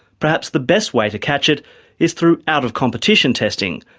perhaps the best way to catch it is through out-of-competition testing,